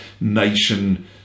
nation